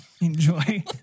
enjoy